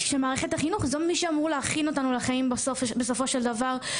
שמערכת החינוך היא זו שאמורה להכין אותנו לחיים בסופו של דבר,